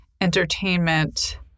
entertainment